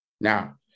Now